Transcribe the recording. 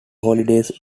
holidays